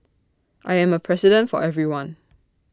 I am A president for everyone